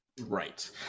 Right